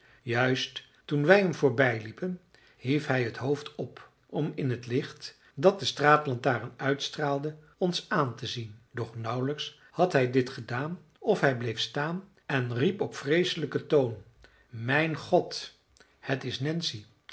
juist toen wij hem voorbijliepen hief hij het hoofd op om in het licht dat de straatlantaarn uitstraalde ons aan te zien doch nauwelijks had hij dit gedaan of hij bleef staan en riep op vreeselijken toon mijn god het is